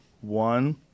one